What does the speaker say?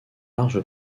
large